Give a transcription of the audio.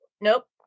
nope